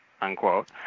unquote